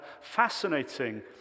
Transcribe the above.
fascinating